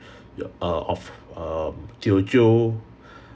you're of um teochew